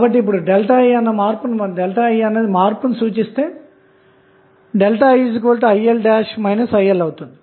కాబట్టి ఇప్పుడు ΔI అన్నది మార్పుని సూచిస్తే IIL IL అవుతుంది